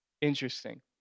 Interesting